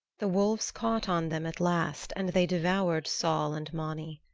the wolves caught on them at last and they devoured sol and mani.